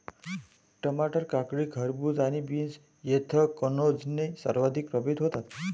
टमाटर, काकडी, खरबूज आणि बीन्स ऍन्थ्रॅकनोजने सर्वाधिक प्रभावित होतात